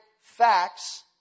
facts